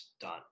done